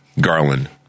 Garland